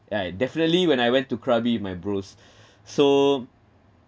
yeah definitely when I went to krabi with my bros so